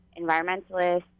environmentalists